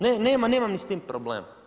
Ne, nemam ni s tim problem.